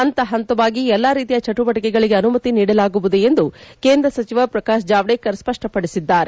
ಹಂತ ಹಂತವಾಗಿ ಎಲ್ಲ ರೀತಿಯ ಚಟುವಟಿಕೆಗಳಿಗೆ ಅನುಮತಿ ನೀಡಲಾಗುವುದು ಎಂದು ಕೇಂದ್ರ ಸಚಿವ ಪ್ರಕಾಶ್ ಜಾವಡೇಕರ್ ಸ್ಪಷ್ವಪದಿಸಿದ್ದಾರೆ